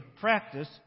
practice